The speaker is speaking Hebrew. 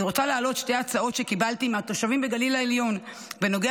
אני רוצה להעלות שתי הצעות שקיבלתי מהתושבים בגליל העליון בנוגע